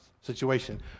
situation